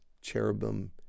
cherubim